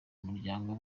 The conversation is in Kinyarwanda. umuryango